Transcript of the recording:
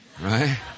right